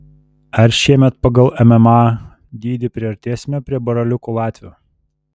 ar šiemet pagal mma dydį priartėsime prie braliukų latvių